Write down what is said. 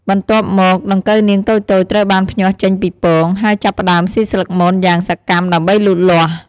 បន្ទាប់មក ដង្កូវនាងតូចៗត្រូវបានភ្ញាស់ចេញពីពង ហើយចាប់ផ្ដើមស៊ីស្លឹកមនយ៉ាងសកម្មដើម្បីលូតលាស់។